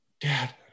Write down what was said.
Dad